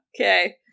okay